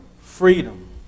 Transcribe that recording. freedom